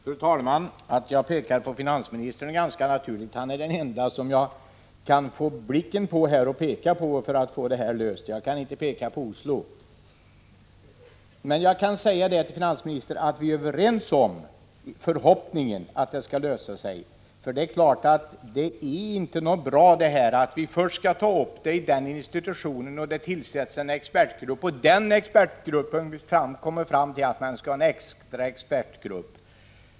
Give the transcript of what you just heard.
Fru talman! Att jag pekar på finansministern är ganska naturligt — han är den ende jag kan peka på och få blicken på. Jag kan inte peka på Oslo. Finansministern och jag är överens om förhoppningen att detta problem skall lösas. Det är naturligtvis inte bra att frågan först skall tas upp i en institution och att det tillsätts en expertgrupp, som i sin tur kommer fram till att det skall vara en extra expertgrupp.